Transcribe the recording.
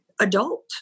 adult